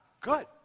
good